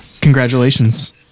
congratulations